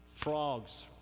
Frogs